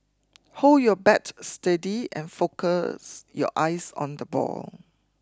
hold your bat steady and focus your eyes on the ball